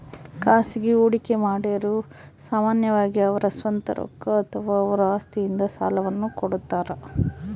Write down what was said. ಖಾಸಗಿ ಹೂಡಿಕೆಮಾಡಿರು ಸಾಮಾನ್ಯವಾಗಿ ಅವರ ಸ್ವಂತ ರೊಕ್ಕ ಅಥವಾ ಅವರ ಆಸ್ತಿಯಿಂದ ಸಾಲವನ್ನು ಕೊಡುತ್ತಾರ